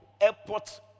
airport